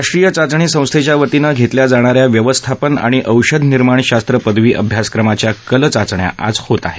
राष्ट्रीय चाचणी संस्थेच्या वतीनं घेतल्या जाणाऱ्या व्यवस्थापन आणि औषधनिर्माशास्त्र पदवी अभ्याक्रमाच्या कल चाचण्या आज होत आहेत